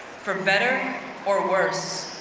for better or worse,